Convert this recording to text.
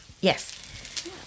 Yes